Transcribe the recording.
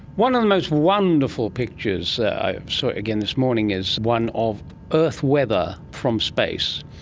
one of the most wonderful pictures, i saw it again this morning, is one of earth weather from space.